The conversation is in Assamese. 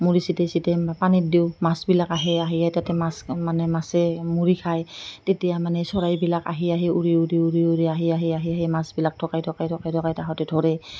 মুড়ি ছটিয়াই ছটিয়াই পানীত দিওঁ মাছবিলাক আহে আহিয়ে তাতে মাছ মানে মাছে মুড়ি খায় তেতিয়া মানে চৰাইবিলাক আহি আহি উৰি উৰি উৰি উৰি আহি আহি আহি আহি মাছবিলাক কাই ঠগাই ঠগাই ঠগাই সিহঁতে ধৰে